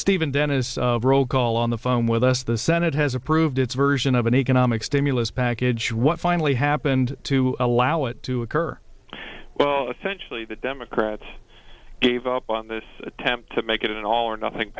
stephen dennis roll call on the phone with us the senate has approved its version of an economic stimulus package what finally happened to allow it to occur well essentially the democrats gave up on this attempt to make it an all or nothing